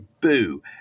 boo